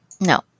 No